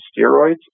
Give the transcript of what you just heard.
steroids